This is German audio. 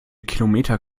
kilometer